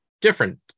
different